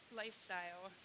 lifestyle